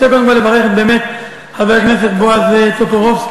אני רוצה קודם כול לברך באמת את חבר הכנסת בועז טופורובסקי,